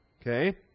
Okay